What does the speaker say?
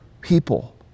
people